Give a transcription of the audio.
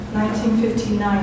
1959